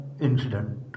incident